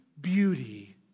beauty